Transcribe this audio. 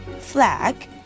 flag